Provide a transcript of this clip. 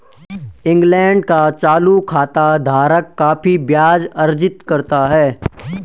England का चालू खाता धारक काफी ब्याज अर्जित करता है